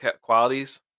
qualities